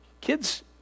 kids